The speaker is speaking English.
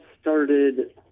started